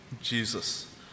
Jesus